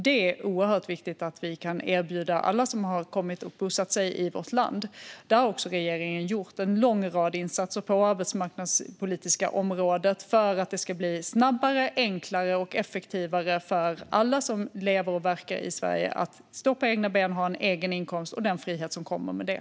Det är oerhört viktigt att vi kan erbjuda alla som har kommit till och bosatt sig i vårt land detta, och regeringen har gjort en lång rad insatser på det arbetsmarknadspolitiska området för att det ska gå snabbare och enklare för alla som lever och verkar i Sverige att stå på egna ben och ha en egen inkomst - och den frihet som kommer med det.